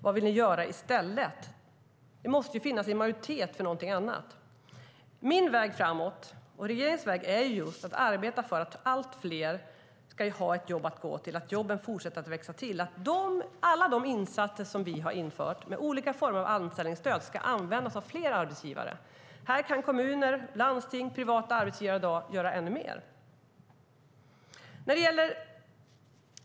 Vad vill ni göra i stället? Det måste finnas en majoritet för någonting annat. Min och regeringens väg framåt är att arbeta för att allt fler ska ha ett jobb att gå till och att jobben fortsätter att växa till. Alla de insatser som vi har infört med olika former av anställningsstöd ska användas av fler arbetsgivare. Här kan kommuner, landsting, privata arbetsgivare i dag göra ännu mer.